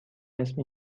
اسم